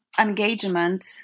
engagement